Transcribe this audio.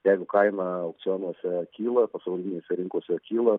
jeigu kaina aukcionuose kyla pasaulinėse rinkose kyla